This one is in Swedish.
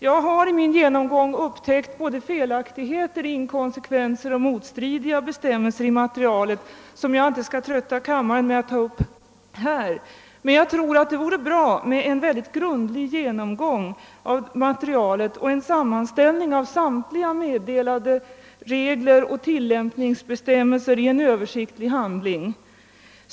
Jag har vid min genomgång upptäckt felaktigheter, inkonsekvenser och motstridiga bestämmelser i materialet, som jag inte skall trötta kammaren med att räkna upp. Men jag tror att en mycket grundlig genomgång av materialet och en sammanställning av samtliga meddelade regler och tillämpningsbestämmelser i en översiktlig handling skulle behövas.